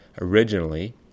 originally